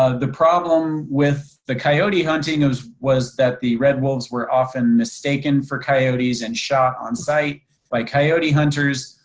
ah the problem with the coyote hunting was was that the red wolves were often mistaken for coyotes and shot on site by coyote hunters.